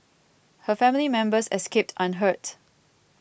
her family members escaped unhurt